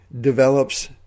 develops